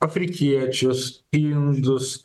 afrikiečius indus